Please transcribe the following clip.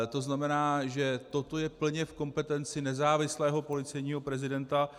To znamená, že toto je plně v kompetenci nezávislého policejního prezidenta.